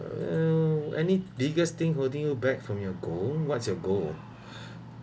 um any biggest thing holding you back from your goal what's your goal